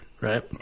Right